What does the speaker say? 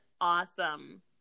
awesome